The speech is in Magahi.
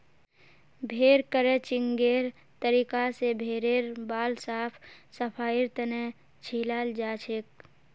भेड़ क्रचिंगेर तरीका स भेड़ेर बाल साफ सफाईर तने छिलाल जाछेक